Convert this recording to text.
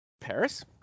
Paris